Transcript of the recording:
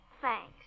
Thanks